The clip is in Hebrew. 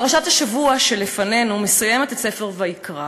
פרשת השבוע שלפנינו מסיימת את ספר ויקרא